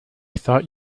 thought